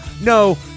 No